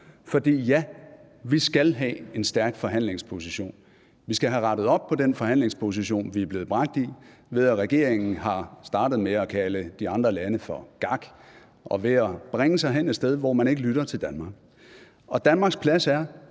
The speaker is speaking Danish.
For ja, vi skal have en stærk forhandlingsposition. Vi skal have rettet op på den forhandlingsposition, vi er blevet bragt i, ved at regeringen har startet med at kalde de andre lande for »gak« og har bragt sig selv hen et sted, hvor man ikke lytter til Danmark. Danmarks plads er